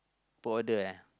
border eh